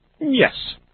Yes